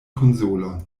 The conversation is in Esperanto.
konsolon